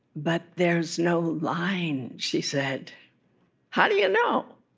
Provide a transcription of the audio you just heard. but there's no line she said how do you know?